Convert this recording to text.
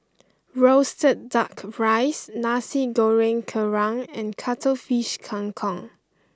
Roasted Duck Rice Nasi Goreng Kerang and Cuttlefish Kang Kong